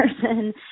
person